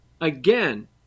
Again